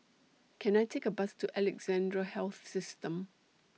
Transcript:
Can I Take A Bus to Alexandra Health System